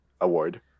award